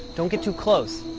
don't get to close.